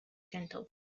gentle